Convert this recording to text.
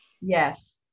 yes